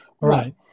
Right